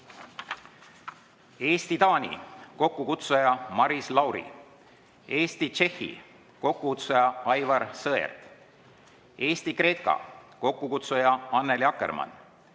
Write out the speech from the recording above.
Eesti-Taani, kokkukutsuja Maris Lauri; Eesti-Tšehhi, kokkukutsuja Aivar Sõerd; Eesti-Kreeka, kokkukutsuja Annely Akkermann;